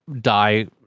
die